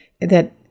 That-